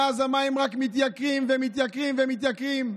מאז המים רק מתייקרים ומתייקרים ומתייקרים.